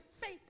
faith